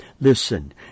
listen